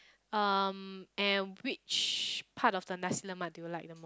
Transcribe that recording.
um and which part of the Nasi-Lemak do you like most